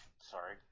sorry